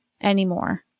anymore